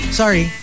sorry